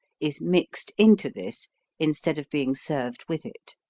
is mixed into this instead of being served with it.